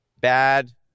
bad